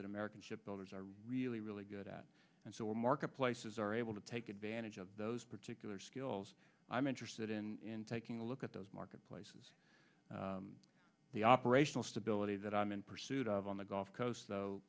that american ship builders are really really good at and so we're marketplaces are able to take advantage of those particular skills i'm interested in taking a look at those marketplaces the operational stability that i'm in pursuit of on the gulf coast